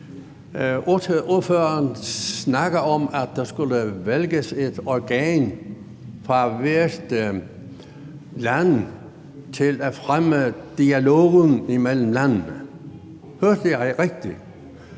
ordføreren snakke om, at der skulle vælges et organ fra hvert land til at fremme dialogen mellem landene? Hørte jeg rigtigt?